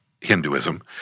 Hinduism